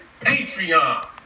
Patreon